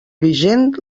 vigent